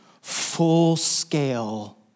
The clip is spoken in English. full-scale